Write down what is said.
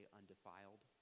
undefiled